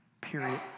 period